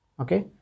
okay